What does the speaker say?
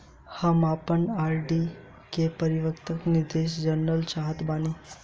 हम आपन आर.डी के परिपक्वता निर्देश जानल चाहत बानी